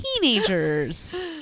teenagers